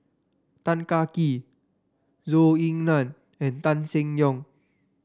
Tan Kah Kee Zhou Ying Nan and Tan Seng Yong